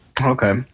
Okay